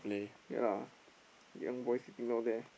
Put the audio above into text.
ya young boy sitting down there